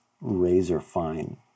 razor-fine